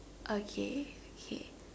okay okay